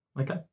Okay